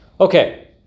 Okay